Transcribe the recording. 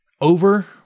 over